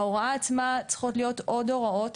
בהוראה עצמה צריכות להיות עוד הוראות.